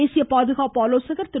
தேசிய பாதுகாப்பு ஆலோசகர் திரு